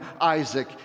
Isaac